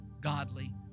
godly